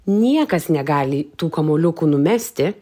niekas negali tų kamuoliukų numesti